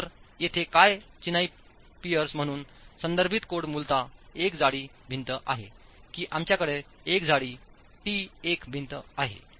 तर येथे काय चिनाई पायर्स म्हणून संदर्भित कोड मूलतः एक जाडी भिंत आहे की आमच्याकडे एक जाडी 't' एक भिंत आहे